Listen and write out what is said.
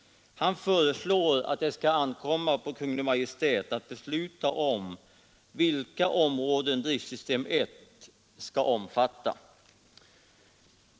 Han föreslår att det skall ankomma på Kungl. Maj:t att besluta om vilka områden driftsystem 1 skall omfatta.